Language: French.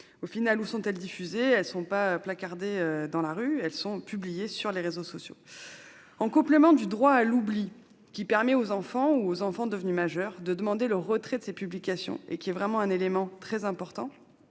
ces images sont-elles diffusées ? Elles ne sont pas placardées dans la rue ; elles sont publiées sur les réseaux sociaux ! En complément du droit à l'oubli, qui permet aux enfants ou aux enfants devenus majeurs de demander le retrait de ces publications- il s'agit d'un élément très important